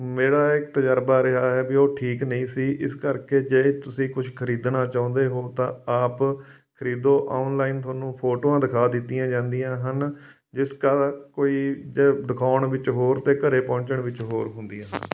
ਮੇਰਾ ਇਕ ਤਜਰਬਾ ਰਿਹਾ ਹੈ ਵੀ ਉਹ ਠੀਕ ਨਹੀਂ ਸੀ ਇਸ ਕਰਕੇ ਜੇ ਤੁਸੀਂ ਕੁਝ ਖਰੀਦਣਾ ਚਾਹੁੰਦੇ ਹੋ ਤਾਂ ਆਪ ਖਰੀਦੋ ਔਨਲਾਈਨ ਤੁਹਾਨੂੰ ਫੋਟੋਆਂ ਦਿਖਾ ਦਿੱਤੀਆਂ ਜਾਂਦੀਆਂ ਹਨ ਜਿਸਕਾ ਕੋਈ ਦਿਖਾਉਣ ਵਿੱਚ ਹੋਰ ਅਤੇ ਘਰੇ ਪਹੁੰਚਣ ਵਿੱਚ ਹੋਰ ਹੁੰਦੀਆਂ ਹਨ